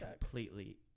completely